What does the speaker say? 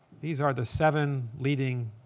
these are the seven leading